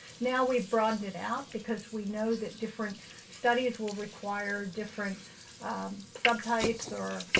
now we've broadened it out because we know that different studies will require different subtypes or,